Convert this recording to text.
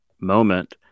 moment